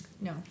No